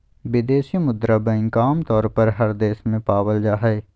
विदेशी मुद्रा बैंक आमतौर पर हर देश में पावल जा हय